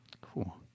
Cool